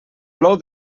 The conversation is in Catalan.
plou